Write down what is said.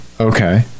okay